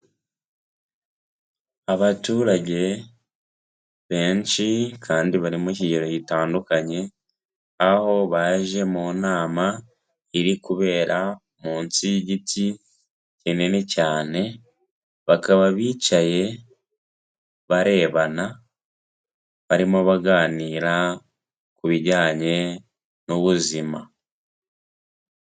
Abaturage benshi kandi bari mu kigero gitandukanye, aho baje mu nama iri kubera munsi y'igiti kinini cyane, bakaba bicaye barebana, barimo baganira ku bijyanye n'ubuzima.